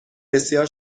بسیار